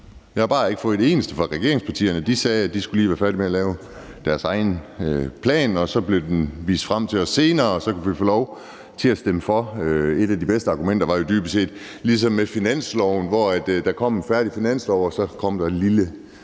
jeg har bare ikke fået et eneste fra regeringspartierne, for de sagde, at de lige skulle være færdige med at lave deres egen plan, og så ville den blive vist frem for os senere, og så kan vi få lov til at stemme for. Et af de bedste argumenter for at stemme for var jo dybest set det samme, som det var med finansloven, hvor der kom et færdigt finanslovsforslag, og så kom der en lille